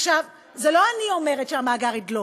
עכשיו, זה לא אני אומרת שהמאגר ידלוף,